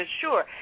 sure